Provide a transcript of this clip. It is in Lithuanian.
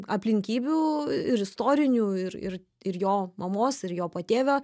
aplinkybių ir istorinių ir ir ir jo mamos ir jo patėvio